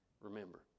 remember